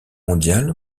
mondial